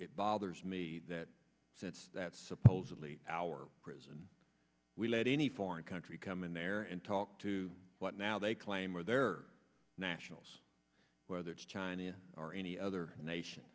it bothers me that since that's supposedly our prison we let any foreign country come in there and talk to what now they claim are their nationals whether it's china or any other nation